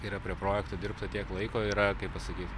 yra prie projekto dirbta tiek laiko yra kaip pasakyt